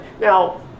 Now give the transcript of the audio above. Now